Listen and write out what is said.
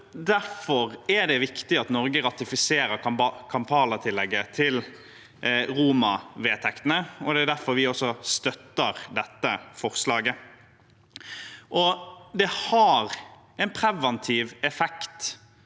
derfor er det viktig at Norge ratifiserer Kampala-tillegget til Roma-vedtektene, og det er derfor vi også støtter dette forslaget. Det har en preventiv effekt